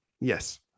Yes